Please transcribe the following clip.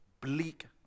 bleak